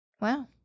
Wow